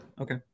Okay